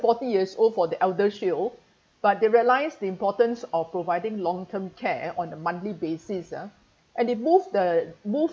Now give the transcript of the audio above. forty years old for the eldershield but they realise the importance of providing long term care on a monthly basis ah and they move the move